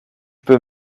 peux